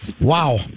Wow